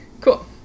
cool